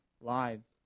lives